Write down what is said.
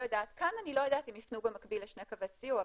כאן אני לא יודעת אם ייפנו במקביל לשני קווי סיוע,